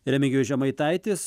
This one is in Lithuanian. remigijus žemaitaitis